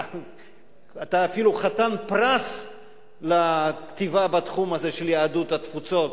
אתה אפילו חתן פרס לכתיבה בתחום הזה של יהדות התפוצות.